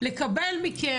לקבל מכם,